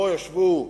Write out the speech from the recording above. פה ישבו,